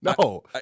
no